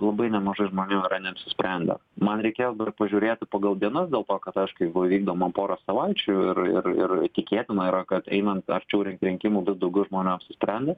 labai nemažai žmonių yra neapsisprendę man reikės dar pažiūrėti pagal dienas dėl to kad aišku jeigu vykdoma pora savaičių ir ir ir tikėtina yra kad einant arčiau link rinkimų vis daugiau žmonių apsisprendė